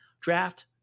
draft